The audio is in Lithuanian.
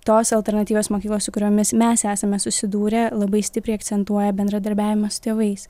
tos alternatyvios mokyklos su kuriomis mes esame susidūrę labai stipriai akcentuoja bendradarbiavimą su tėvais